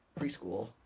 preschool